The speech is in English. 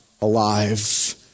alive